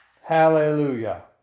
Hallelujah